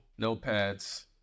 Notepads